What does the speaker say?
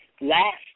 last